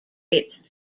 its